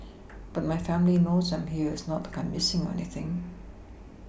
but my family knows I'm here it's not like I'm Missing or anything